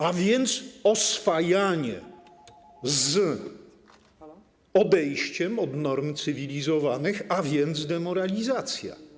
A więc oswajanie z odejściem od norm cywilizowanych, a więc demoralizacja.